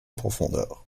profondeur